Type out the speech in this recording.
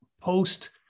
post